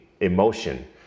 emotion